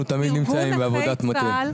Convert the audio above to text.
צה"ל --- אנחנו תמיד נמצאים בעבודת מטה.